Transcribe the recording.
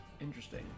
Interesting